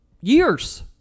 years